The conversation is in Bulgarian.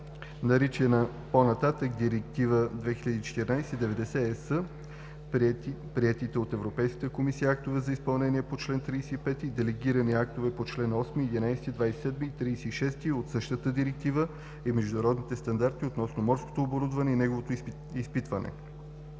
наричана по нататък „Директива 2014/90/ЕС“, приетите от Европейската комисия актове за изпълнение по чл. 35 и делегирани актове по чл. 8, 11, 27 и 36 от същата директива и международните стандарти относно морското оборудване и неговото изпитване.